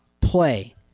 play